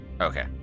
Okay